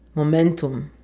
momentum